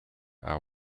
are